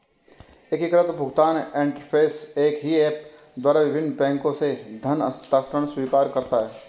एकीकृत भुगतान इंटरफ़ेस एक ही ऐप द्वारा विभिन्न बैंकों से धन हस्तांतरण स्वीकार करता है